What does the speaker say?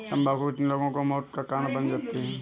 तम्बाकू कितने लोगों के मौत का कारण बन जाती है